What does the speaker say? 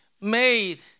made